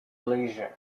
leisure